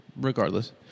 Regardless